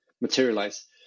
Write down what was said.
materialize